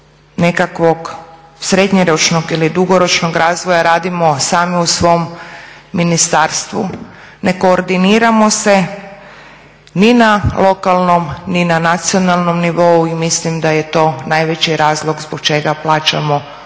nekakvog srednjoročnog ili dugoročnog razvoja radimo sami u svom ministarstvu, ne koordiniramo se ni na lokalnom ni na nacionalnom nivou i mislim da je to najveći razlog zbog čega plaćamo